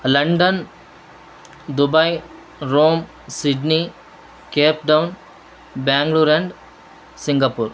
London Dubai Rome Sydney Cape Town Bangalore and Singapore